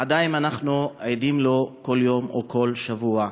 עדיין אנחנו עדים לו כל יום או כל שבוע.